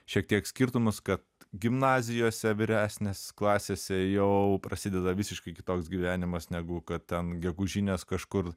šiek tiek skirtumus kad gimnazijose vyresnės klasėse jau prasideda visiškai kitoks gyvenimas negu kad ten gegužinės kažkur